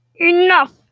Enough